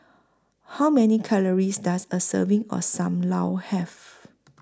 How Many Calories Does A Serving of SAM Lau Have